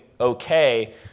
okay